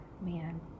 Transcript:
man